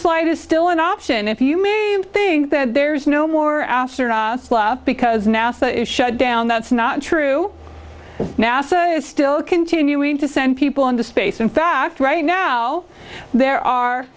spaceflight is still an option if you think that there's no more because nasa is shut down that's not true nasa is still continuing to send people into space in fact right now there are